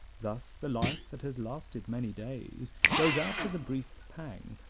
thus the life that has lasted many days goes out with a brief pang,